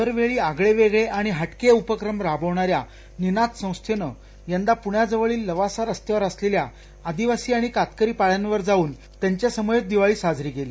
दरवेळी आगळे वेगळे आणि हटके उपक्रम राबविणाऱ्या निनाद संस्थेनं यंदा पुण्याजवळील लवासा रसत्यावर असलेल्या आदिवासी आणि कातकरी पाङ्यांवर जाऊन त्यांच्यासमवेत दिवाळी साजरी केली